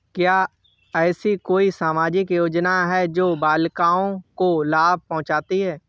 क्या ऐसी कोई सामाजिक योजनाएँ हैं जो बालिकाओं को लाभ पहुँचाती हैं?